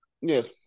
Yes